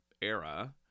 era